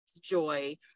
joy